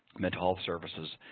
mental health services,